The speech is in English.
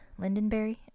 Lindenberry